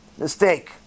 Mistake